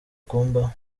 kumbaho